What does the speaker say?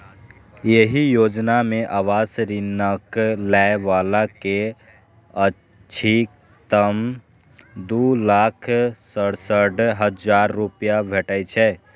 एहि योजना मे आवास ऋणक लै बला कें अछिकतम दू लाख सड़सठ हजार रुपैया भेटै छै